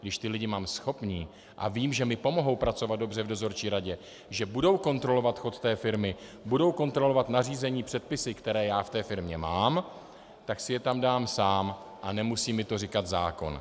Když mám schopné lidi a vím, že mi pomohou pracovat dobře v dozorčí radě, že budou kontrolovat chod té firmy, budou kontrolovat nařízení, předpisy, které já v té firmě mám, tak si je tam dám sám a nemusí mi to říkat zákon.